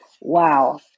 Wow